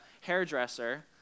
hairdresser